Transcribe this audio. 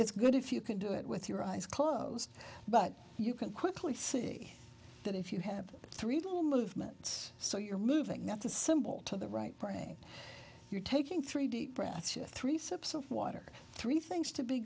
it's good if you can do it with your eyes closed but you can quickly see that if you have three little movement so you're moving up the symbol to the right brain you're taking three deep breaths three subserve water three things to be